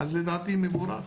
לדעתי זה צעד מבורך